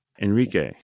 Enrique